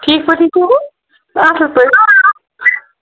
ٹھیٖک پٲٹھی چھِوٕ اَصٕل پٲٹھۍ